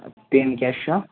pin کیٛاہ چھُ